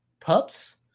pups